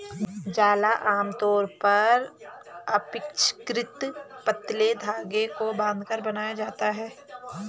जाल आमतौर पर अपेक्षाकृत पतले धागे को बांधकर बनाए जाते हैं